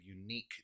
unique